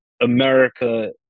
America